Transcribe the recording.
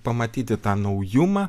pamatyti tą naujumą